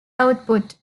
output